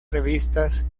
revistas